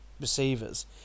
receivers